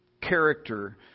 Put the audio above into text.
character